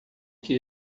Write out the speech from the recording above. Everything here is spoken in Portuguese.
que